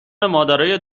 مادرای